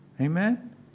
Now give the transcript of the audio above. Amen